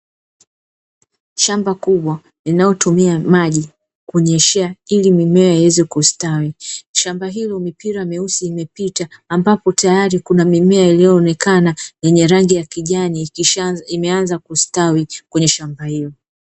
Shamba kubwa linalotumia maji kunyeshea ili mimea iweze kustawi shamba hilo mipira meusi imepita ambapo tayari kuna mimea inayoonekana yenye rangi ya kijani kisha imeanza kustawi kwenye shamba hilo.